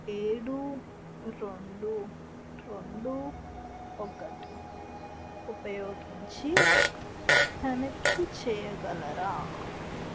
ఏడు రెండు రెండు ఒకటి ఉపయోగించి తనఖీ చేయగలరా